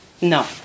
No